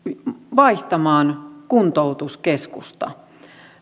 vaihtamaan kuntoutuskeskusta